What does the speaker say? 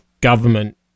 government